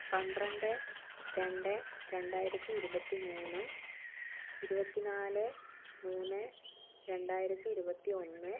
പന്ത്രണ്ട് രണ്ട് രണ്ടായിരത്തി ഇരുപത്തി മൂന്ന് ഇരുപത്തി നാല് മൂന്ന് രണ്ടായിരത്തി ഇരുപത്തി ഒന്ന്